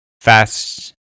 Fast